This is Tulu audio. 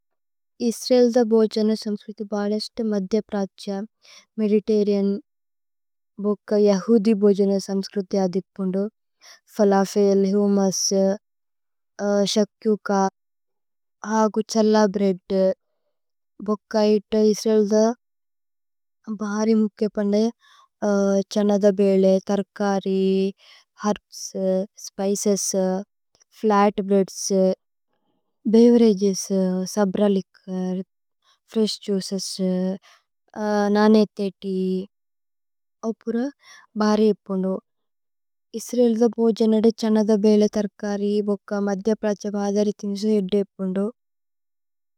ഇസ്രഏല ദ ബോജന സമ്സ്ക്രുതി ബാലസ്തു। മധ്യ പ്രാത്ഛ മേദിതരിഅന് ബോക്ക യഹുദി। ബോജന സമ്സ്ക്രുതി അദിപുന്ദു ഫലഫേല് ഹുമ്മുസ്। ശക്ക്യുക ഹാഗ് ഉഛല ബ്രേഅദ് ബോക്ക ഇതു। ഇസ്രഏല ദ ബഹരി മുക്കേപനേ ഛന ദ ബേലേ। തര്കരി, herbs, spices, flat breads. Beverages, Sabra liqueur, fresh juices. നനേ ഥേതി, അപുര ബഹരി ഇപുന്ദു ഇസ്രഏല। ദ ബോജന ദ ഛന ദ ബേലേ തര്കരി ബോക്ക। മധ്യ പ്രാത്ഛ ബഹരി ഥിന്ഗ്സു ഏദിപുന്ദു।